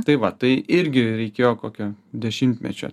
tai va tai irgi reikėjo kokio dešimtmečio